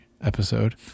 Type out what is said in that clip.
episode